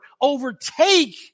overtake